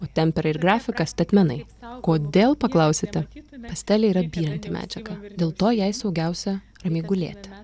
o tempera ir grafika statmenai kodėl paklausite pastelė yra byranti medžiaga dėl to jai saugiausia ramiai gulėti